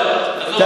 לא, עזוב.